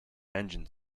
engine